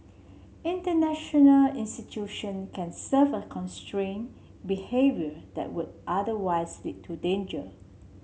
international institution can serve a constrain behaviour that would otherwise lead to danger